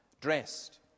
dressed